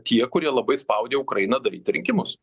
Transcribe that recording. tie kurie labai spaudė ukrainą daryti rinkimus